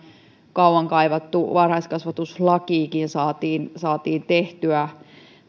kauan kaivattu varhaiskasvatuslakikin saatiin saatiin tehtyä ja